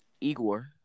Igor